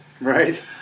Right